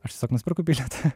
aš tiesiog nusiperku bilietą